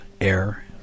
air